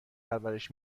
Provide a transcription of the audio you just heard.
پرورش